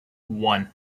one